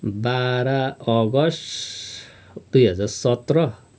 बाह्र अगस्त दुई हजार सत्र